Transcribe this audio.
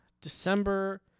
December